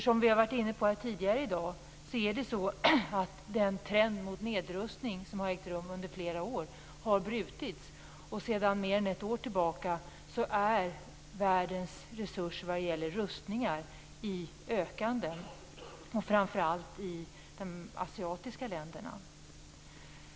Som vi tidigare här har varit inne på i dag har den trend mot nedrustning som har ägt rum under flera år brutits. Sedan mer än ett år tillbaka ökar världens resurser när det gäller rustningar, framför allt i de asiatiska länderna.